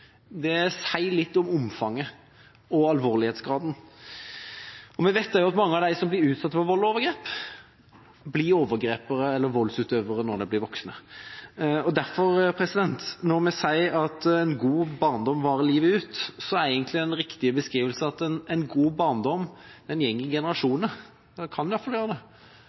Det sier litt om omfanget og alvorlighetsgraden. Vi vet også at mange av dem som blir utsatt for vold og overgrep, blir overgripere eller voldsutøvere når de blir voksne. Når vi sier at en god barndom varer livet ut, er det derfor egentlig en riktigere beskrivelse at en god barndom går i generasjoner. Den kan iallfall gjøre det. Istedenfor at en blir voldsutøver og lar det